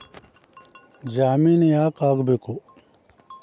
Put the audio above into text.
ಜಾಮಿನ್ ಯಾಕ್ ಆಗ್ಬೇಕು?